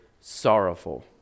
sorrowful